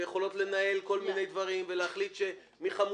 שיכולות לנהל כל מיני דברים ולהחליט שמחמולה